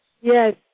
Yes